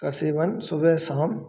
का सेवन सुबह शाम